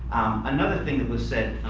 another thing that was said,